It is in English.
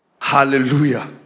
Hallelujah